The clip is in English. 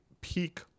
peak